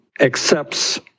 accepts